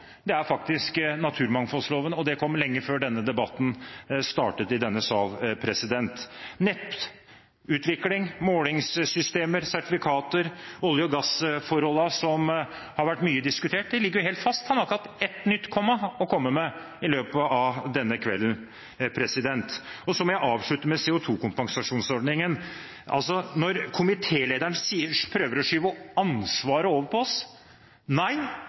om, er faktisk naturmangfoldloven, og det kom lenge før denne debatten startet her i salen. Nettutvikling, målingssystemer, sertifikater, olje- og gassforholdene, som har vært mye diskutert, ligger helt fast. Han har ikke hatt ett nytt komma å komme med i løpet av denne kvelden. Så må jeg avslutte med CO2-kompensasjonsordningen. Det at komitélederen prøver å skyve ansvaret over på oss,